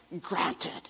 granted